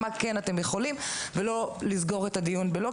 כלומר מה כן אתם יכולים ולא לסגור את הדיון ב"לא",